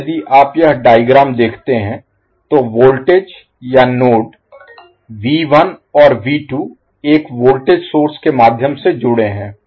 अब यदि आप यह डायग्राम देखते हैं तो वोल्टेज या नोड और एक वोल्टेज सोर्स स्रोत Source के माध्यम से जुड़े हैं